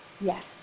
Yes